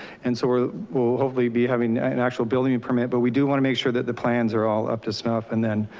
and so we're will hopefully be having an actual building and permit. but we do wanna make sure that the plans are all up to snuff. and then,